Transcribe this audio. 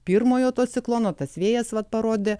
pirmojo to ciklono tas vėjas vat parodė